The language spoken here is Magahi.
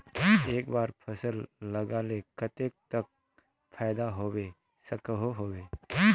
एक बार फसल लगाले कतेक तक फायदा होबे सकोहो होबे?